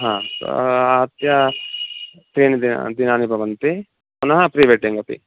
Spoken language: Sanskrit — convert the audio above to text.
हा आहत्य त्रीणि दिन् दिनानि भवन्ति पुनः प्रीवेडिङ्ग् अपि